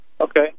Okay